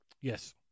Yes